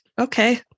okay